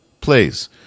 Please